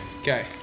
Okay